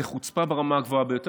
זאת חוצפה ברמה הגבוהה ביותר.